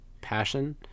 passion –